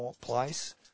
place